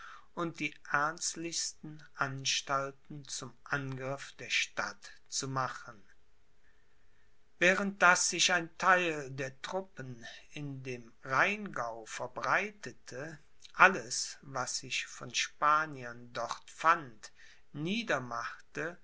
und die ernstlichsten anstalten zum angriff der stadt zu machen während daß sich ein theil der truppen in dem rheingau verbreitete alles was sich von spaniern dort fand